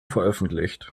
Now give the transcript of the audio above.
veröffentlicht